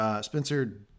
Spencer